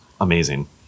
Amazing